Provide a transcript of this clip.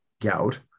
gout